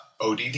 ODD